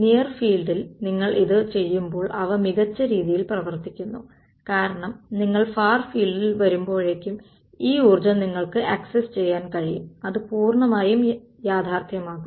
near ഫീൽഡിൽ നിങ്ങൾ ഇത് ചെയ്യുമ്പോൾ അവ മികച്ച രീതിയിൽ പ്രവർത്തിക്കുന്നു കാരണം നിങ്ങൾ ഫാർ ഫീൽഡിൽ വരുമ്പോഴേക്കും ഈ ഊർജ്ജം നിങ്ങൾക്ക് ആക്സസ് ചെയ്യാൻ കഴിയും അത് പൂർണ്ണമായും യാഥാർത്ഥ്യമാകും